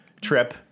trip